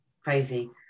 crazy